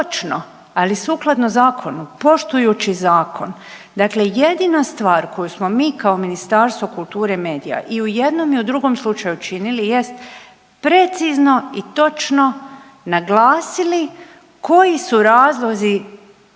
ali sukladno zakonu, poštujući zakon. Dakle, jedina stvar koju smo mi kao Ministarstvo kulture i medija i u jednom i u drugom slučaju činili jest precizno i točno naglasili koji su razlozi